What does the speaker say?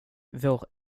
vår